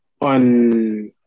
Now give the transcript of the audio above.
on